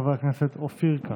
חבר הכנסת אופיר כץ.